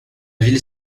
ville